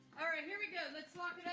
here we go. let's lock